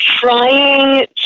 trying